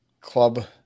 club